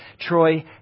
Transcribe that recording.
Troy